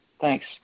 Thanks